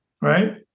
right